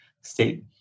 state